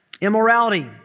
Immorality